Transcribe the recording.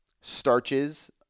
starches